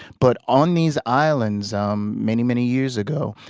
but on these islands, um many, many years ago,